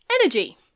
energy